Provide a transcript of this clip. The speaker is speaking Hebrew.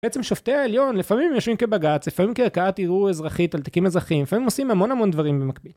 בעצם שופטי העליון לפעמים יושבים כבגץ, לפעמים קרקעת אירוע אזרחית, תלתקים אזרחים, לפעמים עושים המון המון דברים במקביל.